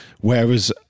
Whereas